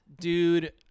Dude